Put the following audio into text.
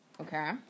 Okay